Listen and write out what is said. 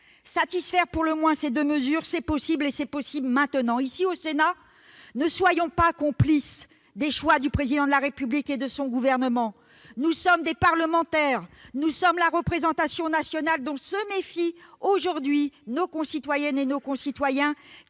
Satisfaire pour le moins ces deux revendications, c'est possible, et c'est possible maintenant ! Ici, au Sénat, ne nous faisons pas complices des choix du Président de la République et de son gouvernement. Oh ! Nous sommes des parlementaires, nous sommes la représentation nationale, dont se méfient aujourd'hui nos concitoyennes et nos concitoyens,